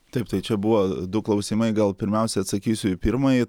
taip tai čia buvo du klausimai gal pirmiausia atsakysiu į pirmąjį